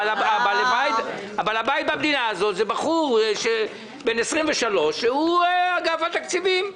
בעל הבית במדינה הוא בחור בן 23 שהוא אגף התקציבים,